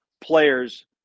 players